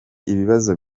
ibibazo